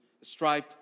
stripe